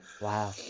Wow